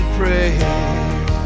praise